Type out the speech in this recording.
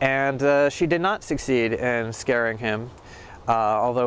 and she did not succeed and scaring him although